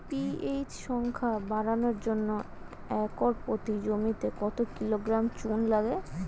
PH সংখ্যা বাড়ানোর জন্য একর প্রতি জমিতে কত কিলোগ্রাম চুন লাগে?